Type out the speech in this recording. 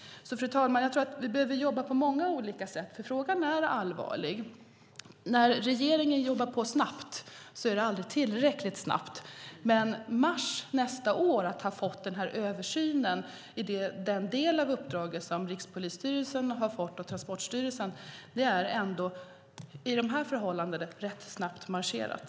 Fru talman! Jag tror att vi behöver jobba på många olika sätt, för frågan är allvarlig. När regeringen jobbar på snabbt tycker man aldrig att det är tillräckligt snabbt. Men om vi i mars nästa år får denna översyn i den del av det uppdrag som Rikspolisstyrelsen och Transportstyrelsen har fått är det ändå förhållandevis snabbt marscherat.